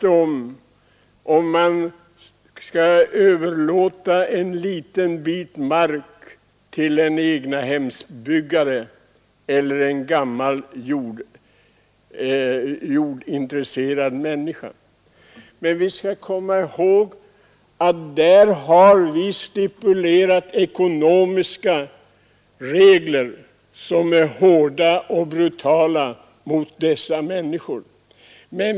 Det gäller här överlåtelse av mark till en egnahemsbyggare eller en jordintresserad människa. Vi skall komma ihåg att vi stipulerat ekonomiska regler, som är hårda och brutala mot dessa människor.